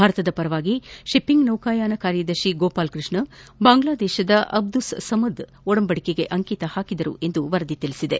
ಭಾರತದ ಪರವಾಗಿ ಶಿಪ್ಪಿಂಗ್ ನೌಕಾಯಾನ ಕಾರ್ಯದರ್ಶಿ ಗೋಪಾಲ್ ಕೃಷ್ಣ ಬಾಂಗ್ಡಾದೇಶದ ಅಬ್ದುಸ್ ಸಮದ್ ಒಡಂಬಡಿಕೆಗೆ ಅಂಕಿತ ಹಾಕಿದರು ಎಂದು ವರದಿಯಾಗಿದೆ